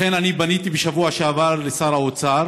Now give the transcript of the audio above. לכן, אני פניתי בשבוע שעבר לשר האוצר